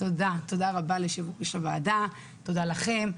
תודה רבה ליושב-ראש הוועדה, תודה לכם.